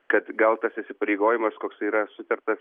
kad gal tas įsipareigojimas koks yra sutartas